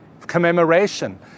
commemoration